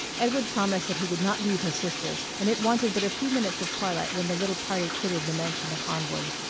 edward promised that he would not leave his sisters, and it wanted but a few minutes of twilight when the little party quitted the mansion of arnwood.